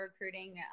recruiting